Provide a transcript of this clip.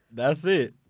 that's it.